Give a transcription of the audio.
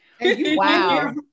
Wow